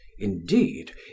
indeed